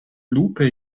lupe